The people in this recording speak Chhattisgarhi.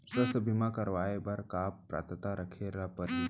स्वास्थ्य बीमा करवाय बर का पात्रता रखे ल परही?